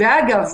אגב,